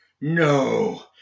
No